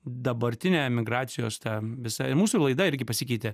dabartinė emigracijos ta visa ir mūsų laida irgi pasikeitė